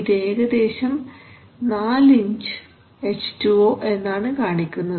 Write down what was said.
ഇത് ഏകദേശം 4 inch H2O എന്നാണ് കാണിക്കുന്നത്